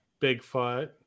Bigfoot